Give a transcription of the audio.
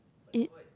it